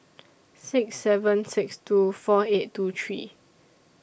six seven six two four eight two three